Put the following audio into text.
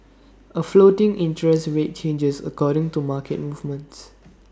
A floating interest rate changes according to market movements